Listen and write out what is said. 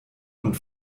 und